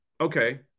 okay